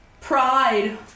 pride